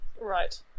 Right